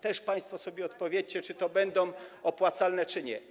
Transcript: Też państwo sobie odpowiedzcie, czy to będzie opłacalne, czy nie.